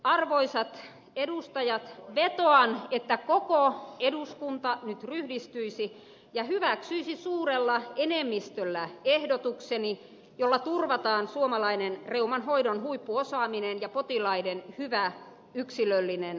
arvoisat edustajat vetoan että koko eduskunta nyt ryhdistyisi ja hyväksyisi suurella enemmistöllä ehdotukseni jolla turvataan suomalainen reuman hoidon huippuosaaminen ja potilaiden hyvä yksilöllinen hoito